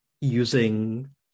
using